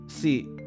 See